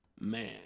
Man